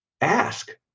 ask